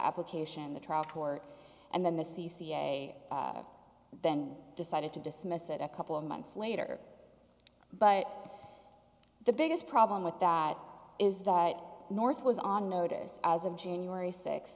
application the trial court and then the c c a then decided to dismiss it a couple of months later but the biggest problem with that is that north was on notice as of january